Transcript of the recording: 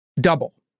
double